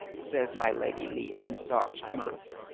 says my lady lepe in soft mirth.